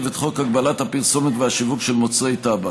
את חוק הגבלת הפרסומת והשיווק של מוצרי טבק.